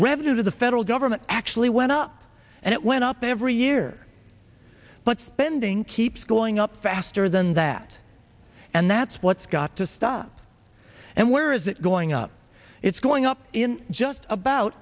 revenue the federal government actually went up and it went up every year but spending keeps going up faster than that and that's what's got to stop and where is it going up it's going up in just about